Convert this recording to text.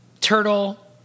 Turtle